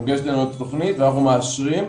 מוגשת לנו תוכנית ואנחנו מאשרים.